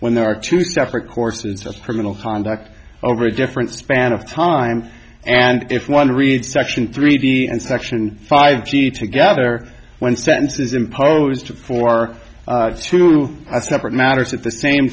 when there are two separate courses just criminal conduct over a different span of time and if one reads section three d and section five g together when sentences imposed for a separate matters at the same